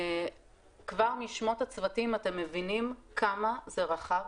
כבר משמות הצוותים אתם מבינים כמה זה רחב